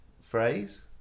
phrase